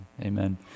Amen